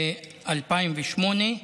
2008,